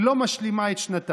היא לא משלימה את שנתה.